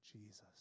Jesus